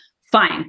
fine